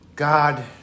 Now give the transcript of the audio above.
God